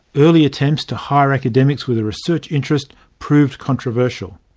early attempts to hire academics with a research interest proved controversial.